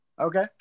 Okay